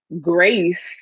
grace